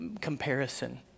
comparison